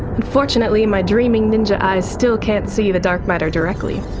unfortunately my dreaming ninja eyes still can't see the dark matter directly.